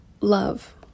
love